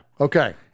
okay